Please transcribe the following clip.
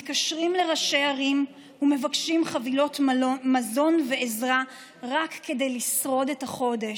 מתקשרים לראשי הערים ומבקשים חבילות מזון ועזרה כדי לשרוד את החודש.